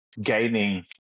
gaining